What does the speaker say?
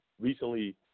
recently